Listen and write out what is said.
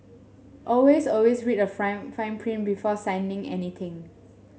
always always read the fine fine print before signing anything